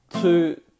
two